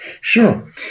Sure